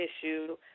issue